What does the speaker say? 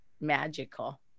magical